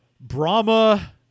Brahma